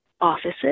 offices